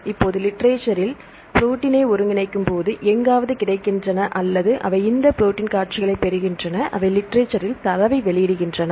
இப்போது லிட்ரேசரில் அவை ப்ரோடீன்னை ஒருங்கிணைக்கும்போது எங்காவது கிடைக்கின்றன அல்லது அவை இந்த ப்ரோடீன் காட்சிகளைப் பெறுகின்றன அவை லிட்ரேசரில் தரவை வெளியிடுகின்றன